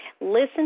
listen